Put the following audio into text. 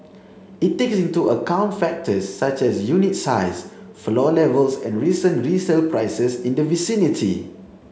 it takes into account factors such as unit size floor levels and recent resale prices in the vicinity